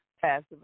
passive